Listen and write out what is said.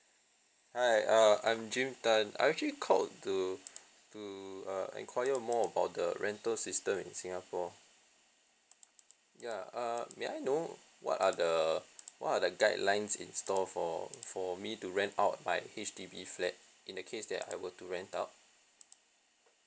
hi uh I'm jim tan I actually called to to uh enquire more about the rental system in singapore ya uh may I know what are the what are the guidelines in store for for me to rent out my H_D_B flat in the case that I were to rent out